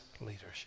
leadership